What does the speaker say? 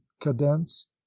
cadence